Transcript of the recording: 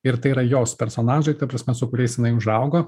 ir tai yra jos personažai ta prasme su kuriais jinai užaugo